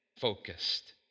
focused